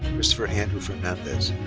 christopher andrew fernandez.